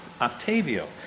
Octavio